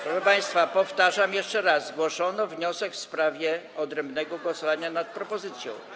Proszę państwa, powtarzam jeszcze raz, zgłoszono wniosek w sprawie odrębnego głosowania nad propozycją.